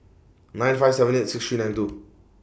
nine five seven eight six three nine two